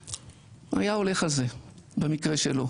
היה הולך על זה במקרה שלו,